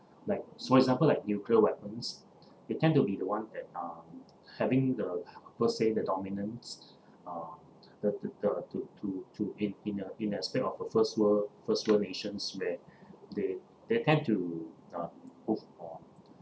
like for example like nuclear weapons they tend to be the one that uh having the first say the dominance uh the the the to to to in in the in the aspect of a first world first world nations where they they tend to uh push for